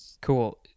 Cool